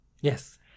Yes